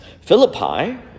Philippi